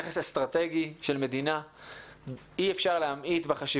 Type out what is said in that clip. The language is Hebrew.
אי אפשר להמעיט בחשיבות שלה בהשפעה על הלבבות שלנו